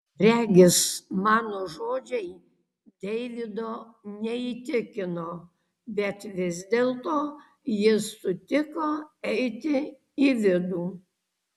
regis mano žodžiai deivido neįtikino bet vis dėlto jis sutiko eiti į vidų